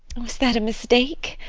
was that a mistake?